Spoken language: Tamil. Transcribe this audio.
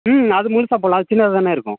ம் அது முழுசா போடலாம் அது சின்னதாக தான இருக்கும்